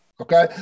okay